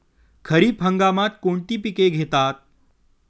खरीप हंगामात कोणती पिके घेतात?